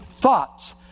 thoughts